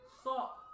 Stop